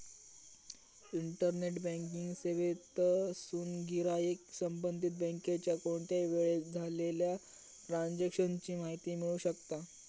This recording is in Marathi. इंटरनेट बँकिंग सेवेतसून गिराईक संबंधित बँकेच्या कोणत्याही वेळेक झालेल्या ट्रांजेक्शन ची माहिती मिळवू शकता